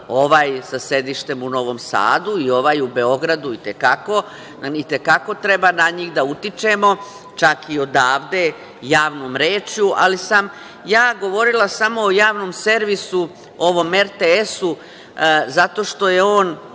ovaj sa sedištem u Novom Sadu i ovaj u Beogradu i te kako treba da utičemo, čak i odavde javnom rečju, ali sam ja govorila samo o Javnom servisu RTS zato što je on